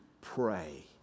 pray